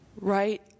right